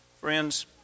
Friends